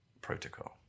protocol